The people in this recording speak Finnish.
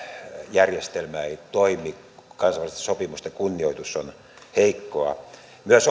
järjestelmä ei toimi kansainvälisten sopimusten kunnioitus on heikkoa myös